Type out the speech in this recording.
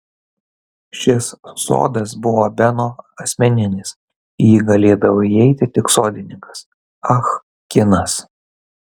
šis sodas buvo beno asmeninis į jį galėdavo įeiti tik sodininkas ah kinas